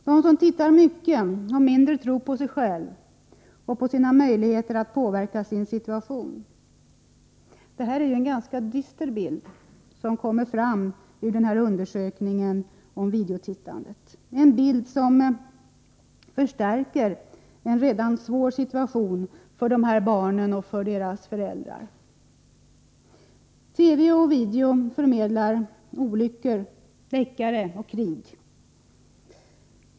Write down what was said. De som tittar mycket har mindre tro på sig själva och på sina möjligheter att påverka sin situation. Det är en ganska dyster bild som kommer fram vid denna undersökning om videotittandet— en bild som förstärker intrycket av en redan svår situation för dessa barn och deras föräldrar. TV och video förmedlar olyckor, deckare och krig.